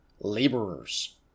laborers